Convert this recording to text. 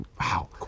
Wow